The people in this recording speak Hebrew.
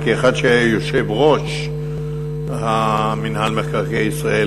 כאחד שהיה יושב-ראש מינהל מקרקעי ישראל,